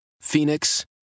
Phoenix